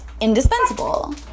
indispensable